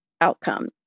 outcome